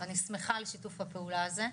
אני שמחה על שיתוף הפעולה הזה,